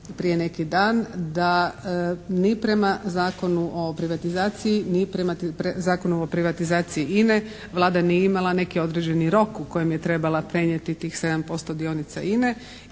prije neki dan da ni prema Zakonu o privatizaciji ni prema Zakonu o privatizaciji INA-e Vlada nije imala neki određeni rok u kojem je trebala prenijeti tih 7% dionica INA-e